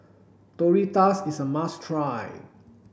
tortillas is a must try